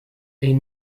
est